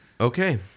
Okay